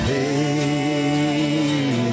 Hey